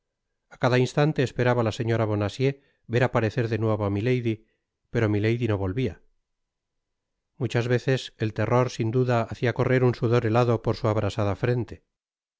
á cada instante esperaba la señora bonacieux ver aparecer de nuevo á milady pero milady no volvia muchas veces el terror sin duda hacia correr un sudor helado por su abrasada frente